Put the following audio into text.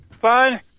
Fine